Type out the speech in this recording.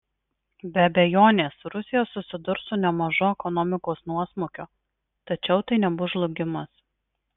be abejonės rusija susidurs su nemažu ekonomikos nuosmukiu tačiau tai nebus žlugimas